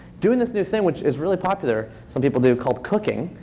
doing this new thing, which is really popular some people do called cooking,